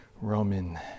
Roman